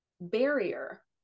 barrier